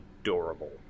adorable